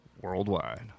Worldwide